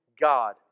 God